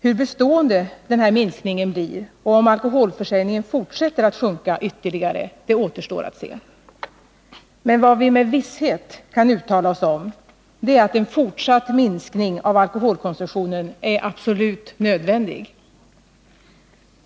Hur bestående denna minskning blir och om alkoholförsäljningen fortsätter att sjunka ytterligare återstår att se. Men vad vi med visshet kan uttala oss om är att en fortsatt minskning av alkoholkonsumtionen är absolut nödvändig.